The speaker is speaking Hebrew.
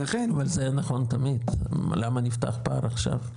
אבל זה נכון תמיד למה נפתח פער עכשיו?